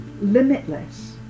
limitless